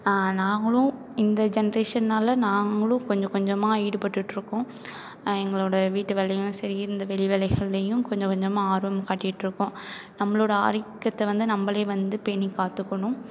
நாங்களும் இந்த ஜென்ரேஷன்றனால நாங்களும் கொஞ்சம் கொஞ்சமாக ஈடுபட்டுட்டுருக்கோம் எங்களோட வீட்டு வேலையும் சரி இந்த வெளி வேலைகள்லேயும் கொஞ்சம் கொஞ்சமாக ஆர்வம் காட்டிட்டுருக்கோம் நம்மளோட ஆரோக்கியத்தை வந்து நம்மளே வந்து பேணி காத்துக்கணும்